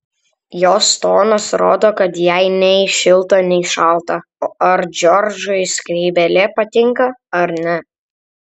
jos tonas rodo kad jai nei šilta nei šalta ar džordžui skrybėlė patinka ar ne